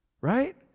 Right